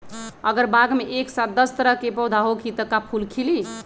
अगर बाग मे एक साथ दस तरह के पौधा होखि त का फुल खिली?